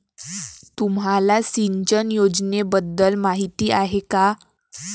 तुम्हाला सिंचन योजनेबद्दल माहिती आहे का?